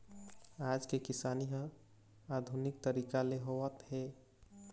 आज के किसानी ह आधुनिक तरीका ले होवत हे